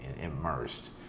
immersed